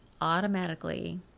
automatically